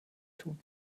tun